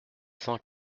cent